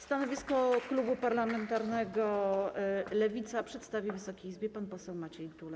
Stanowisko klubu parlamentarnego Lewica przedstawi Wysokiej Izbie pan poseł Maciej Gdula.